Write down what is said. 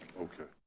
okay.